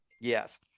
Yes